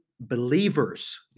believers